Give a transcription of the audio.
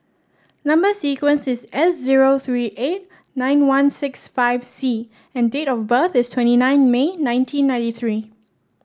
number sequence is S zero three eight nine one six five C and date of birth is twenty nine May nineteen ninety three